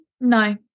no